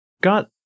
got